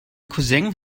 cousin